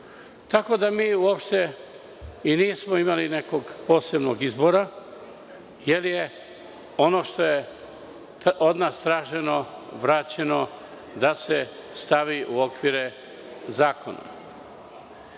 tako da mi uopšte i nismo imali nekog posebnog izbora, jer je ono što je od nas traženo, vraćeno da se stavi u okvire zakona. Mnogi